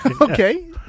Okay